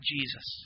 Jesus